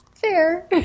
fair